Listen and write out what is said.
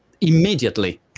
immediately